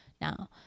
now